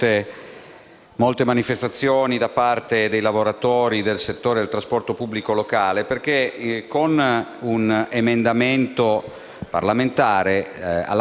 molte manifestazioni da parte dei lavoratori del settore del trasporto pubblico locale perché, con un emendamento parlamentare alla Camera,